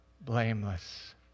blameless